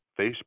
Facebook